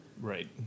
Right